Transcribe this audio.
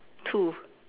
two